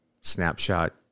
snapshot